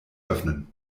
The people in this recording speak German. öffnen